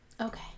Okay